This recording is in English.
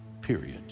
period